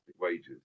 wages